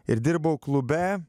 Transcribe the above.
ir dirbau klube